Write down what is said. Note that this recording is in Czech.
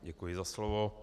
Děkuji za slovo.